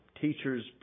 teachers